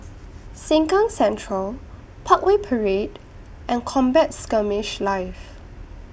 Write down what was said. Sengkang Central Parkway Parade and Combat Skirmish Live